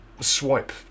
Swipe